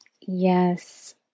Yes